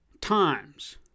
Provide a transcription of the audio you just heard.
times